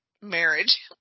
marriage